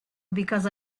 because